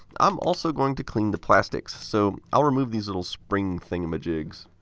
i'm also going to clean the plastics, so i'll remove these little spring thingamajigs.